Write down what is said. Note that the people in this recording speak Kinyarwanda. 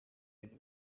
bintu